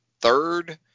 third